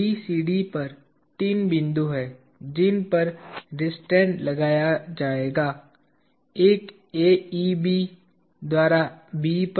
इस BCD पर 3 बिंदु हैं जिन पर रिस्ट्रैन्ट लगाया जाएगा एक AEB द्वारा B पर है